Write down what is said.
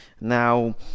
Now